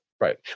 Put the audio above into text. Right